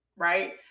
right